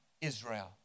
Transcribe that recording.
Israel